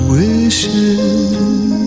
wishes